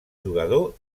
jugador